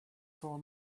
for